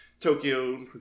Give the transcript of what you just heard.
Tokyo